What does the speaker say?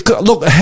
Look